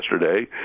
yesterday